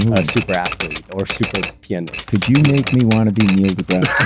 a super athlete, or super pianist? could you make me wanna be neil degrasse